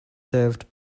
served